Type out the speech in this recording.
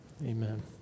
Amen